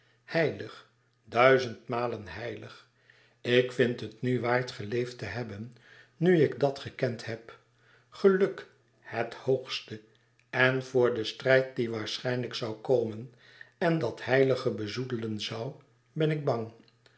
heilig duizendmalen heilig ik vind het nu waard geleefd te hebben nu ik dàt gekend heb geluk het hoogste en voor den strijd die waarschijnlijk zoû komen en dat heilige bezoedelen zoû ben ik bang